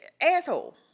asshole